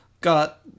got